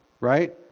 right